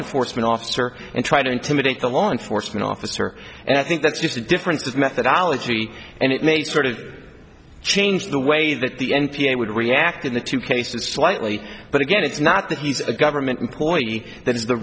enforcement officer and try to intimidate the law enforcement officer and i think that's just a difference of methodology and it may sort of change the way that the n p a would react in the two cases slightly but again it's not that he's a government employee tha